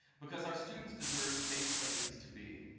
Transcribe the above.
because our students deserve safe places to be.